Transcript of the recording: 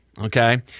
Okay